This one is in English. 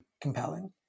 compelling